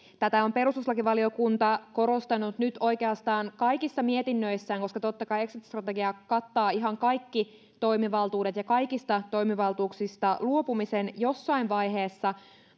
tätä on perustuslakivaliokunta korostanut nyt oikeastaan kaikissa mietinnöissään koska totta kai exit strategia kattaa ihan kaikki toimivaltuudet ja kaikista toimivaltuuksista luopumisen jossain vaiheessa